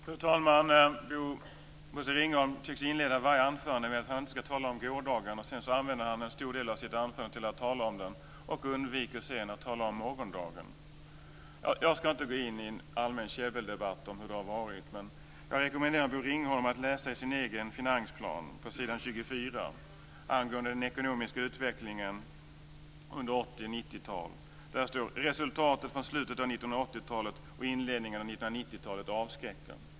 Fru talman! Bosse Ringholm tycks inleda varje anförande med att tala om att han inte ska tala om gårdagen. Sedan använder han en stor del av anförandet till att tala om den och undviker att tala om morgondagen. Jag ska inte gå in i en allmän käbbeldebatt om hur saker har varit, men jag rekommenderar Bo Ringholm att läsa s. 24 i hans egna finansplan angående den ekonomiska utvecklingen under 1980 1990-talen. Där står att resultatet från slutet av 1980 talet och inledningen av 1990-talet avskräcker.